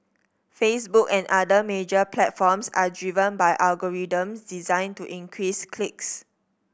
Facebook and other major platforms are driven by algorithms designed to increase clicks